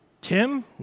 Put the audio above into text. Tim